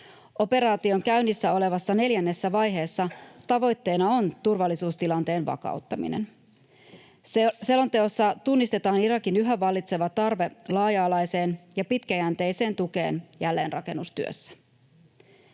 Operaation käynnissä olevassa neljännessä vaiheessa tavoitteena on turvallisuustilanteen vakauttaminen. Selonteossa tunnistetaan Irakissa yhä vallitseva tarve laaja-alaiseen ja pitkäjänteiseen tukeen jälleenrakennustyössä.